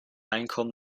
einkommen